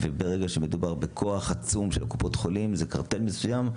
וברגע שמדובר בכוח עצום של קופות חולים זה קרטל מסוים,